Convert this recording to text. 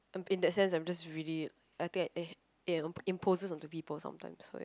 I'm in that sense I'm just really imposes into people sometimes so ya